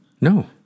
No